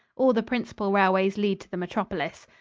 all the principal railways lead to the metropolis.